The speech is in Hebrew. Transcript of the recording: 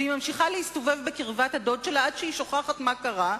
והיא ממשיכה להסתובב בקרבת הדוד שלה עד שהיא שוכחת מה קרה,